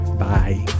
Bye